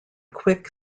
quick